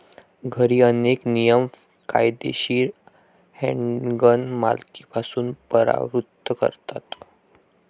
घरी, अनेक नियम कायदेशीर हँडगन मालकीपासून परावृत्त करतात